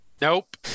Nope